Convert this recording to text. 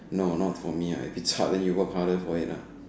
no not for me ah I think if its hard then you work hard for it lah